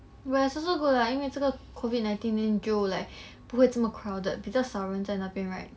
well it's also good lah 因为这个 COVID nineteen then 就 like 不会这么 crowded 比较少人在那边 right